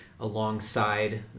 alongside